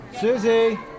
Susie